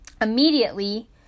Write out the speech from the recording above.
immediately